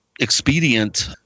expedient